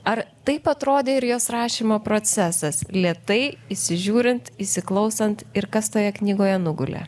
ar taip atrodė ir jos rašymo procesas lėtai įsižiūrint įsiklausant ir kas toje knygoje nugulė